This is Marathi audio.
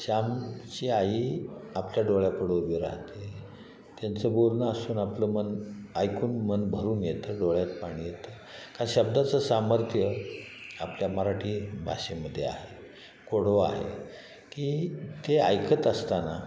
श्यामची आई आपल्या डोळ्यापुढं उभी राहते त्यांचं बोलणं असून आपलं मन ऐकून मन भरून येतं डोळ्यात पाणी येतं का शब्दाचं सामर्थ्य आपल्या मराठी भाषेमध्ये आहे गोडवा आहे की ते ऐकत असताना